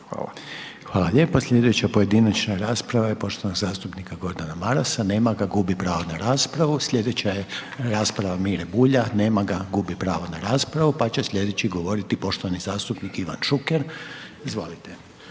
(HDZ)** Hvala lijepa. Slijedeća pojedinačna rasprava je poštovanog zastupnika Gordana Marasa, nema ga, gubi pravo na raspravu. Slijedeća je rasprava Mire Bulja, nema ga, gubi pravo na raspravu, pa će slijedeći govoriti poštovani zastupnik Ivan Šuker, izvolite.